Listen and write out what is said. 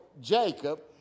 Jacob